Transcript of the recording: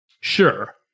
sure